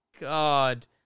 God